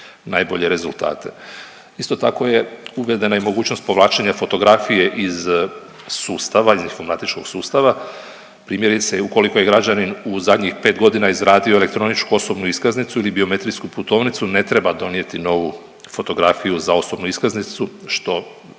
najbolje rezultate. Isto tako je uvedena i mogućnost povlačenja fotografije iz sustava, iz informatičkog sustava, primjerice i ukoliko je građanin u zadnjih 5 godina izradio elektroničku osobnu iskaznicu ili biometrijsku putovnicu, ne treba donijeti novu fotografiju za osobnu iskaznicu, što